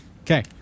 Okay